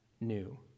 new